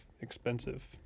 expensive